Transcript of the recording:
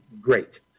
great